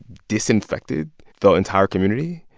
disinfected the entire community.